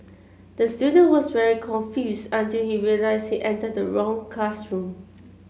the student was very confused until he realised he entered the wrong classroom